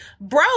Bro